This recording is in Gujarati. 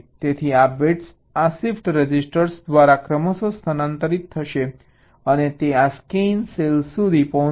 તેથી આ બિટ્સ આ શિફ્ટ રજીસ્ટર દ્વારા ક્રમશઃ સ્થાનાંતરિત થશે અને તે આ સ્કેન સેલ્સ સુધી પહોંચશે